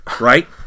right